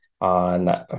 on